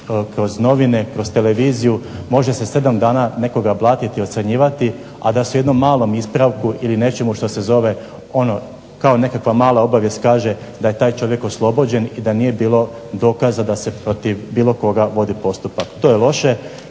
kroz novine i kroz televiziju može se 7 dana nekoga blatiti i ocrnjivati a da se u jednom malom ispravku ili nečemu što se kaže kao mala obavijest da je taj čovjek oslobođen i da nije bilo dokaza da se protiv bilo koga vodi postupak. To je loše,